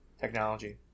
technology